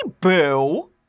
boo